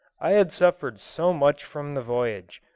i had suffered so much from the voyage,